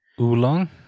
Oolong